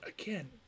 again